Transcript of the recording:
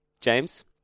James